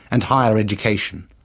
and higher education.